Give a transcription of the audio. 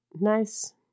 nice